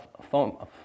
phone